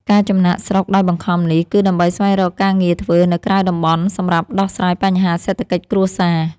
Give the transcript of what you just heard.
ការចំណាកស្រុកដោយបង្ខំនេះ គឺដើម្បីស្វែងរកការងារធ្វើនៅក្រៅតំបន់សម្រាប់ដោះស្រាយបញ្ហាសេដ្ឋកិច្ចគ្រួសារ។